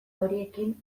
horiekin